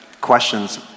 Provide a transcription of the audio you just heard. questions